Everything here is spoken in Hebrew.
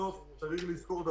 צריך לזכור,